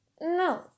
no